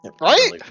Right